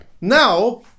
now